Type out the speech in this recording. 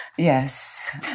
Yes